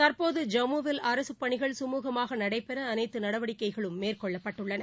தற்போது ஜம்முவில் அரசுப் பணிகள் கமூகமாக நடைபெற அனைத்து நடவடிக்கைகளும் மேற்கொள்ளப்பட்டுள்ளன